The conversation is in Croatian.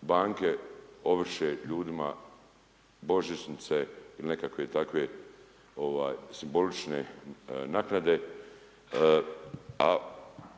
banke ovrše ljudima božićnice ili nekakve takve ovaj simbolične naknade,